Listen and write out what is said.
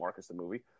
MarcusTheMovie